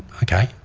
okay.